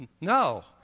no